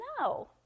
No